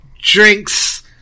drinks